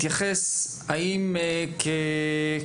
מנכ"ל המועצה להסדר הימורים בספורט.